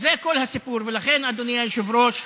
אדוני היושב-ראש,